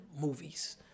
movies